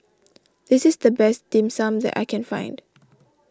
this is the best Dim Sum that I can find